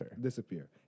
disappear